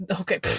okay